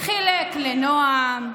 חילק לנעם,